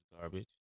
Garbage